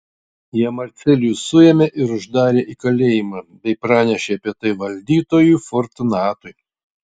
jie marcelių suėmė ir uždarė į kalėjimą bei pranešė apie tai valdytojui fortunatui